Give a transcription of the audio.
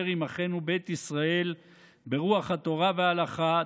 עם אחינו בית ישראל ברוח התורה וההלכה,